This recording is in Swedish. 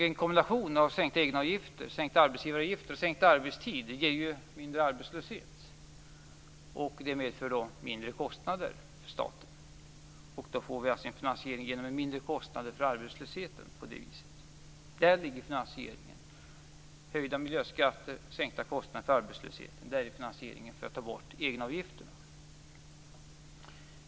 En kombination av sänkta egenavgifter, sänkta arbetsgivaravgifter och sänkt arbetstid ger mindre arbetslöshet. Det medför mindre kostnader för staten. På det viset får vi en finansiering genom mindre kostnader för arbetslösheten. Där ligger finansieringen: höjda miljöskatter och sänkta kostnader för arbetslösheten. Det är finansieringen för att ta bort egenavgifterna.